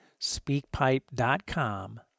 speakpipe.com